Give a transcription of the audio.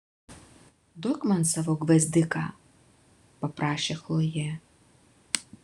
duok man savo gvazdiką paprašė chlojė